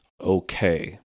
okay